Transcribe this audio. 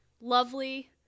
lovely